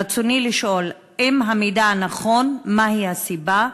רצוני לשאול: 1. אם המידע נכון, מה היא הסיבה?